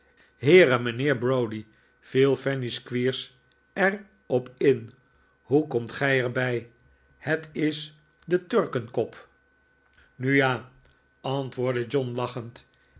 heere mijnheer browdie viel fanny squeers er op in hoe komt gij er bij het is de turkenkop nu ja antwoordde john lachend